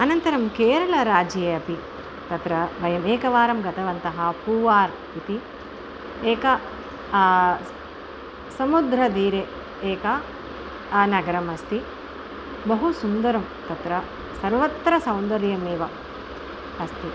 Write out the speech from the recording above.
अनन्तरं केरलराज्ये अपि तत्र वयम् एकवारं गतवन्तः पूवार् इति एकं समुद्रतीरे एकं नगरमस्ति बहु सुन्दरं तत्र सर्वत्र सौन्दर्यमेव अस्ति